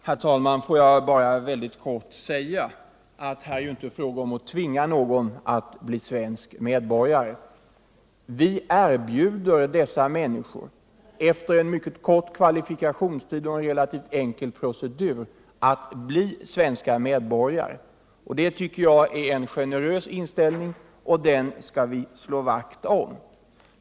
Herr talman! Får jag bara mycket kort säga att det här inte är fråga om att tvinga någon att bli svensk medborgare. Vi erbjuder dessa människor att efter en mycket kort kvalifikationstid och en relativt enkel procedur bli svenska medborgare. Det tycker jag är en generös inställning, och den skall vi slå vakt om.